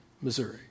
Missouri